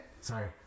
Sorry